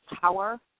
power